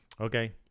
Okay